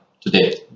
today